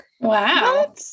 Wow